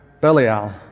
Belial